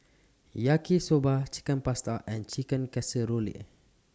Yaki Soba Chicken Pasta and Chicken Casserole